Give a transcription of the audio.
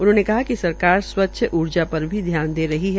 उन्होंने कहा कि सरकार स्वच्छ ऊर्जा पर भी ध्यान केंद्रित कर रही है